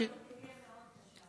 התחרות תהיה מאוד קשה.